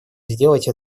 сделать